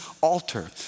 altar